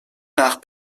nach